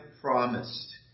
promised